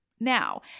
Now